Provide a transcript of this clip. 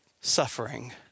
Suffering